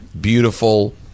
beautiful